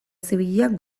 zibilak